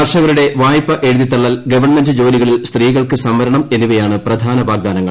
കർഷകരുടെ വായ്പ എഴുതിതള്ളൽ ഗവണ്മെന്റ് ജോലികളിൽ സ്ത്രീകൾക്ക് സംവരണം എന്നിവയാണ് പ്രധാന വാഗ്ദാനങ്ങൾ